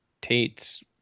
Tate's